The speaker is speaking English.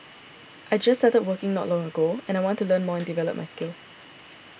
I just started working not long ago and I want to learn more and develop my skills